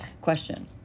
Question